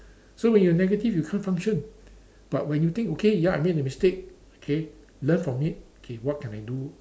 so when you negative you can't function but when you think okay ya I make the mistake okay learn from it okay what can I do